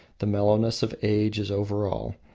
the mellowness of age is over all,